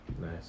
Nice